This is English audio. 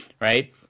Right